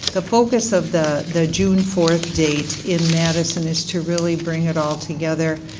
the focus of the the june four date in madison is to really bring it all together.